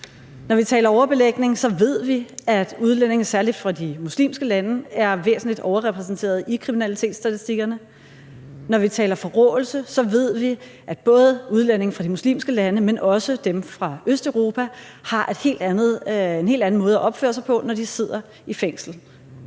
Når vi taler overbelægning, ved vi, at udlændinge, særlig fra de muslimske lande, er væsentligt overrepræsenteret i kriminalitetsstatistikkerne. Når vi taler forråelse, ved vi, at både udlændinge fra de muslimske lande, men også dem fra Østeuropa har en helt anden måde at opføre sig på, når de sidder i fængsel.